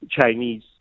Chinese